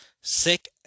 sick